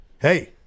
Hey